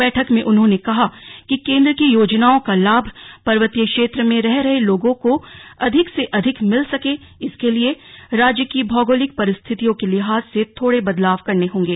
बैठक में उन्होंने कहा कि केंद्र की योजनाओं का लाभ पर्वतीय क्षेत्र में रह रहे लोगों को अधिक से अधिक मिल सके इसके लिए राज्य की भौगोलिक परिस्थितियों के लिहाज से थोड़े बदलाव करने होंगे